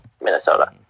Minnesota